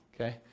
Okay